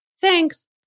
thanks